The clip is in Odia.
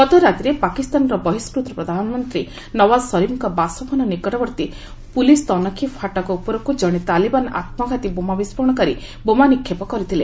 ଗତରାତିରେ ପାକିସ୍ତାନର ବହିଷ୍କୃତ ପ୍ରଧାନମନ୍ତ୍ରୀ ନଓ୍ୱାଜ ସରିଫ୍ଙ୍କ ବାସଭବନ ନିକଟବର୍ତ୍ତୀ ପୁଲିସ୍ ତନଖି ଫାଟକ ଉପରକୁ ଜଣେ ତାଲିବାନ ଆତ୍ମଘାତୀ ବୋମା ବିସ୍କୋରଣକାରୀ ବୋମା ନିକ୍ଷେପ କରିଥିଲେ